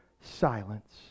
silence